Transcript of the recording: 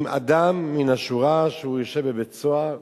אם אדם מן השורה, שיושב בבית-סוהר,